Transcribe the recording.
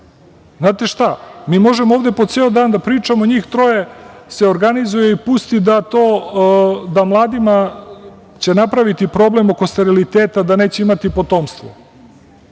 znate šta, mi možemo ovde po ceo dan da pričamo, njih troje se organizuje i pusti da će mladima napraviti problem oko steriliteta, da neće imati potomstvo.